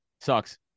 sucks